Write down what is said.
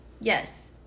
Yes